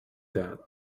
that